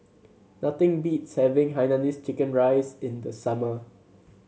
nothing beats having Hainanese Chicken Rice in the summer